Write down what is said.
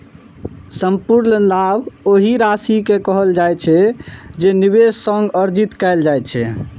संपूर्ण लाभ ओहि राशि कें कहल जाइ छै, जे निवेश सं अर्जित कैल जाइ छै